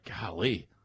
golly